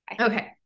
Okay